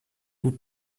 vous